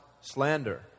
slander